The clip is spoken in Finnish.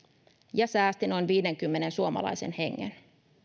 ja säästi noin viidenkymmenen suomalaisen hengen